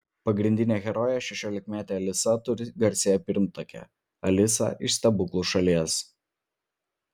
pagrindinė herojė šešiolikmetė alisa turi garsiąją pirmtakę alisą iš stebuklų šalies